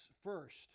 first